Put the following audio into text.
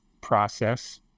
process